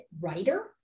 writer